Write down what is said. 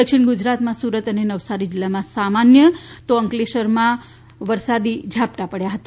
દક્ષિણ ગુજરાતમાં સુરત અને નવસારી જિલ્લામાં સામાન્ય વરસાદ તો અંકલેશ્વરમાં વરસાદી ઝાપટા પડયા હતા